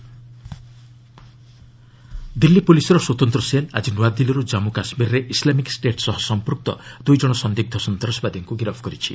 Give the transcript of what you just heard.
Delhi terrorist Delhi ପୁଲିସ୍ର ସ୍ୱତନ୍ତ୍ର cell ଆଜି ନୂଆଦିଲ୍ଲୀରୁ ଜମ୍ମୁ କାଶ୍ମୀରେ ଇସ୍ଲାମିକ୍ ଷ୍ଟେଟ୍ ସହ ସମ୍ପୃକ୍ତ ଦୁଇ ଜଣ ସନ୍ଦିଗ୍ଧ ସନ୍ତାସବାଦୀକୁ ଗିରଫ୍ କରିଛି